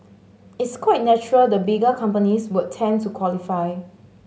it's quite natural the bigger companies would tend to qualify